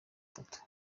itatu